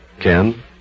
Ken